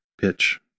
pitch